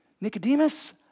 Nicodemus